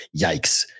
yikes